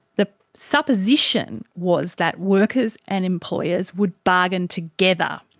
the supposition was that workers and employers would bargain together